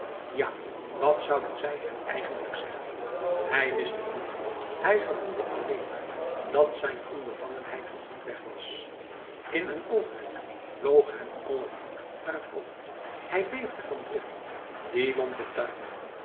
ja wat zouden zij hem eigenlijk zeggen hij wist het niet hij gevoelde alleen maar dat zijn onbevangenheid voorgoed weg was in een oogwenk vloog hem al het bloed naar t hoofd hij beefde van drift die lompe tuinman